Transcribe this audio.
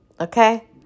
okay